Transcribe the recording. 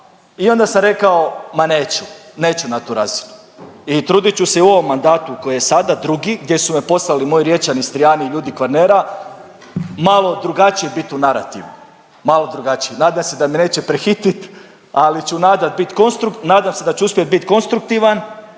i onda sam rekao ma neću, neću na tu razinu i trudit ću se i u ovom mandatu koji je sada drugi gdje su me poslali moji Riječani, Istrijani i ljudi Kvarnera malo drugačiji bit u narativu, malo drugačiji. Nadam se da me neće prehitit, ali ću nada bit konstru…, nadam se da ću uspjet bit konstruktivan,